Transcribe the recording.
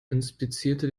inspizierte